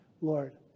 Lord